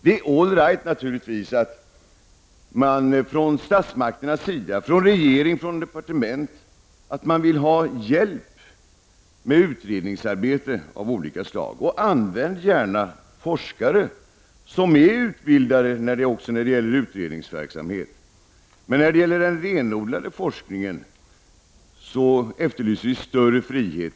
Det är naturligtvis all right att statsmakterna, regering och departement, vill ha hjälp med utredningsarbete av olika slag. Använd gärna forskare som är utbildade också när det gäller utredningsverksamhet! Men när det gäller den renodlade forskningen efterlyser vi större frihet.